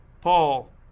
Paul